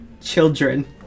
Children